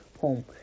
home